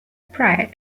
prior